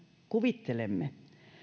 kuvittelemme